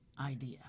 idea